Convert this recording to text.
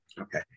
Okay